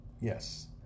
Yes